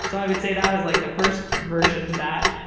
so i would say that was like the first version of that.